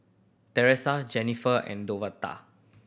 Tressa Jenifer and Davonta